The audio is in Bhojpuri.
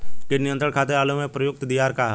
कीट नियंत्रण खातिर आलू में प्रयुक्त दियार का ह?